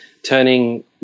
turning